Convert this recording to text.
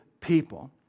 people